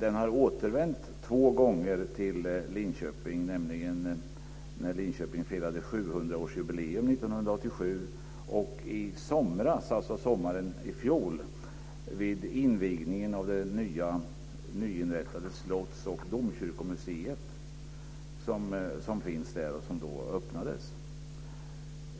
Den har återvänt två gånger till Linköping, nämligen när Linköping firade 700-årsjubileum 1987 och under sommaren i fjol vid invigningen av det nyinrättade Slotts och domkyrkomuseet. Museet öppnades